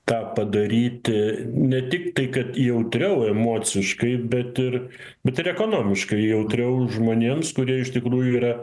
tą padaryti ne tik tai kad jautriau emociškai bet ir bet ir ekonomiškai jautriau žmonėms kurie iš tikrųjų yra